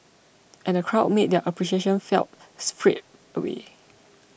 and the crowd made their appreciation felt straight away